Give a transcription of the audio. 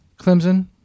Clemson